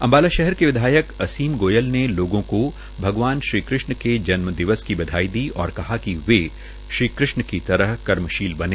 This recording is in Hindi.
अम्बाला शहर के विधायक असीम गोयल ने लोगों को भगवान श्री कृष्ण के जन्म दिवस की बधाई है और कहा कि वे श्री कृष्ण की तरह कर्मशील बने